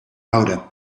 houden